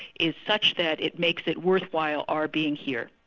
is such that it makes it worthwhile our being here.